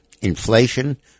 inflation